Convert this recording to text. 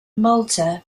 malta